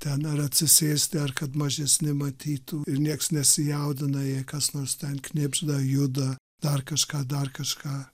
ten ar atsisėsti ar kad mažesni matytų ir nieks nesijaudina jei kas nors ten knibžda juda dar kažką dar kažką